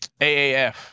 aaf